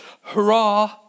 hurrah